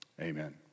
amen